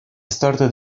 started